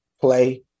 play